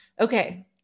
Okay